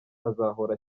azahora